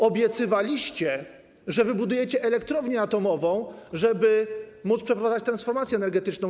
Obiecywaliście, że wybudujecie elektrownię atomową, żeby móc przeprowadzać transformację energetyczną.